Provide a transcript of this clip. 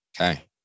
Okay